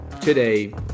today